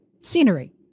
scenery